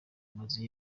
mazu